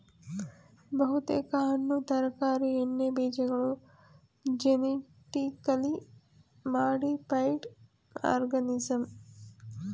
ಬಹುತೇಕ ಹಣ್ಣು ತರಕಾರಿ ಎಣ್ಣೆಬೀಜಗಳು ಜೆನಿಟಿಕಲಿ ಮಾಡಿಫೈಡ್ ಆರ್ಗನಿಸಂ